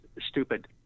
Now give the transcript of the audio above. stupid